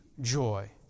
joy